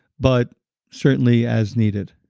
but certainly as needed